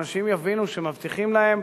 אנשים יבינו שמבטיחים להם